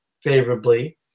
favorably